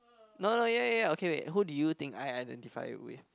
no no ya ya ya okay wait who do you think I identify with